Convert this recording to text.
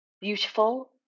beautiful